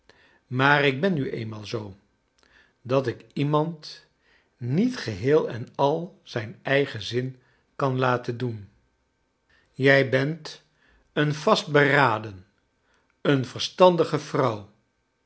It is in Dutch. maar ik ben nu eenmaal zoo dat ik iemand niet geheel en al zijn eigen zin kan laten doen jij bent een vastberaden een verstandige vrouw